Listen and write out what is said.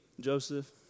Joseph